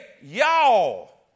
y'all